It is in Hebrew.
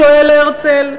שואל הרצל.